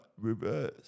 reverse